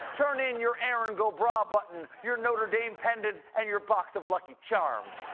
turn in your erin go bragh button, your notre dame pennant and your box of lucky charms.